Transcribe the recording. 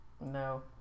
no